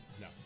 no